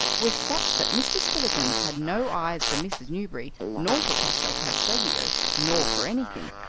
was such that mr. spillikins had no eyes for mrs. newberry nor for castel casteggio nor for anything.